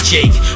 Jake